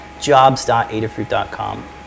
jobs.adafruit.com